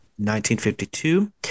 1952